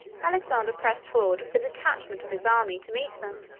alexander pressed forward with a detachment of his army to meet them.